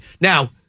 Now